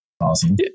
awesome